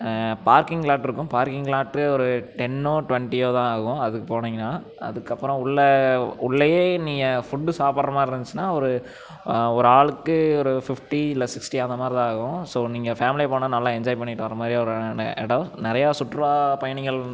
parking lot இருக்கும் parking lot ஒரு டென்னோ டுவென்ட்டியோ தான் ஆகும் அதுக்கு போனீங்கன்னா அதுக்கப்புறம் உள்ளே உள்ளேயே நீங்கள் ஃபுட்டு சாப்பிடுற மாதிரி இருந்துச்சுனா ஒரு ஒரு ஆளுக்கு ஒரு ஃபிஃப்டி இல்லை சிக்ஸ்ட்டி அந்தமாதிரி தான் ஆகும் ஸோ நீங்கள் ஃபேமிலியாக போனால் நல்லா என்ஜாய் பண்ணிவிட்டு வரமாதிரி ஒரு இடம் நிறையா சுற்றுலா பயணிகள்